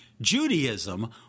Judaism